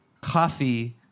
Coffee